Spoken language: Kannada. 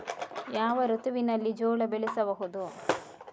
ಯಾವ ಋತುವಿನಲ್ಲಿ ಜೋಳ ಬೆಳೆಸಬಹುದು?